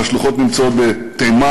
והשלוחות נמצאות בתימן.